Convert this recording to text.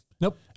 Nope